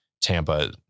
Tampa